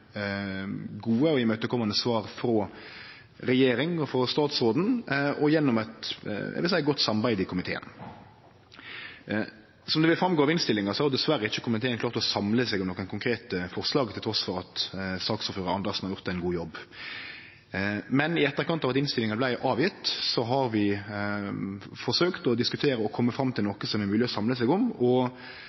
gode og imøtekomande svar frå regjeringa og statsråden og gjennom eit godt samarbeid i komiteen. Som det går fram av innstillinga, har komiteen diverre ikkje klart å samle seg om nokon konkrete forslag, trass i at saksordføraren, Andersen, har gjort ein god jobb. Men i etterkant av at innstillinga vart lagd fram, har vi forsøkt å kome fram til noko det er mogleg å samle seg om, og